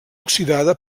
oxidada